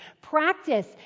Practice